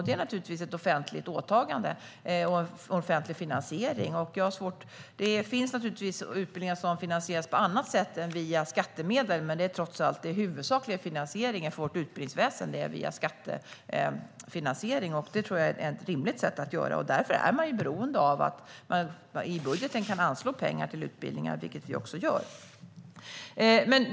Det är naturligtvis ett offentligt åtagande och en offentlig finansiering. Det finns naturligtvis utbildningar som finansieras på annat sätt än via skattemedel, men den huvudsakliga finansieringen för vårt utbildningsväsen är trots allt skattefinansiering, och det tror jag är rimligt. Därför är man beroende av att i budgeten kunna anslå pengar till utbildningar, vilket vi också gör.